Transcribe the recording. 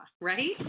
right